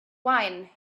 wine